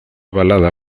balada